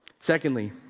Secondly